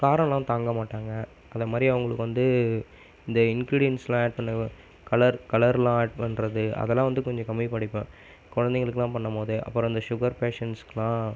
காரம் எல்லாம் தாங்க மாட்டாங்கள் அதை மாதிரி அவங்களுக்கு வந்து இந்த இன்க்ரீடியன்ட்ஸ்லாம் ஆட் பண்ணுவேன் கலர் கலருலாம் ஆட் பண்ணுறது அதை எல்லாம் வந்து கொஞ்சம் கம்மி பண்ணிப்பேன் குழந்தைங்களுக்குலாம் பண்ணும் போது அப்புறம் அந்த சுகர் பேஷன்ட்ஸ்க்குலாம்